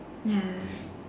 ya